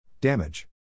Damage